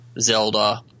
Zelda